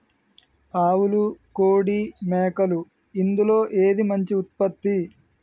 ఆవులు కోడి మేకలు ఇందులో ఏది మంచి ఉత్పత్తి?